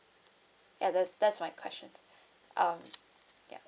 ya that's that's my question um ya